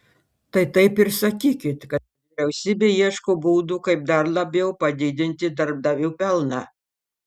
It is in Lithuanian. tai taip ir sakykit kad vyriausybė ieško būdų kaip dar labiau padidinti darbdavių pelną